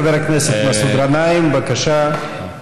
חבר הכנסת מסעוד גנאים, בבקשה,